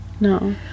No